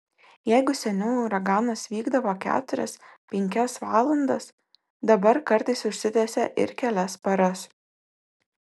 jeigu seniau uraganas vykdavo keturias penkias valandas dabar kartais užsitęsia ir kelias paras